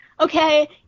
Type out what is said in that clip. okay